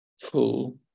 full